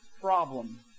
problem